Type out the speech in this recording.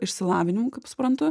išsilavinimu kaip suprantu